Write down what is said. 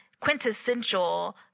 quintessential